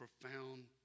profound